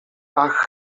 ach